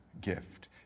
gift